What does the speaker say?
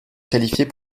qualifiées